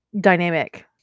dynamic